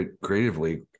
creatively